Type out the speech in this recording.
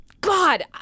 God